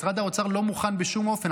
משרד האוצר לא מוכן בשום אופן.